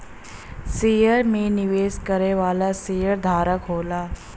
share में निवेश करे वाला शेयरधारक होला